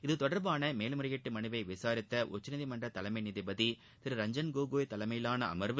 இதுதொடர்பான மேல்முறையீட்டு மனுவை விசாரித்த உச்சநீதிமன்ற தலைமை நீதிபதி திரு ரஞ்சன் கோகோய் தலைமையிலான அமர்வு